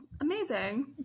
amazing